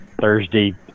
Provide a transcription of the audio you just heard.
Thursday